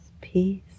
peace